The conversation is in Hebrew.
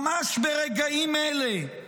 ממש ברגעים אלה.